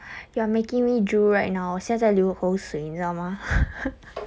you are making me drool right now 我现在在流口水你知道吗